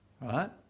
right